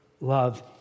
love